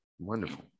Wonderful